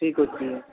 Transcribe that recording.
ଠିକ୍ ଅଛି